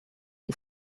die